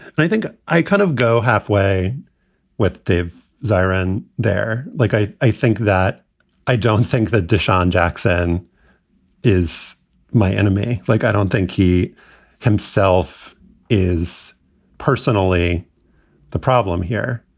and i think i kind of go halfway with dave zirin there. like, i. i think that i don't think the dushan jackson is my enemy. like, i don't think he himself is personally the problem here.